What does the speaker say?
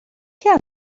كان